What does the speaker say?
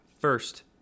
first